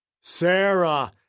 Sarah